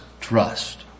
trust